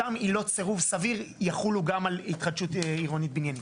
אותן עילות סירוב סביר יחולו גם על התחדשות עירונית בניינית.